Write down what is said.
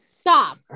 Stop